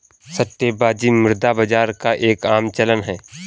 सट्टेबाजी मुद्रा बाजार का एक आम चलन है